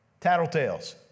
Tattletales